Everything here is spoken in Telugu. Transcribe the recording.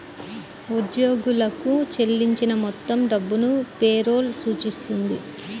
ఉద్యోగులకు చెల్లించిన మొత్తం డబ్బును పే రోల్ సూచిస్తుంది